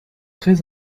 très